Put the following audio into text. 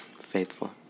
faithful